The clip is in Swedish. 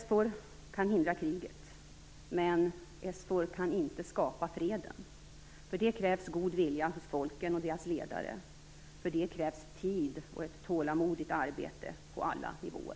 SFOR kan hindra kriget, men SFOR kan inte skapa freden. För det krävs god vilja hos folken och deras ledare. För det krävs tid och ett tålmodigt arbete på alla nivåer.